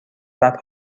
بعد